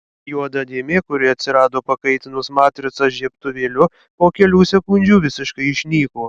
juoda dėmė kuri atsirado pakaitinus matricą žiebtuvėliu po kelių sekundžių visiškai išnyko